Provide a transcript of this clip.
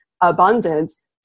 abundance